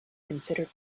considered